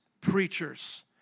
preachers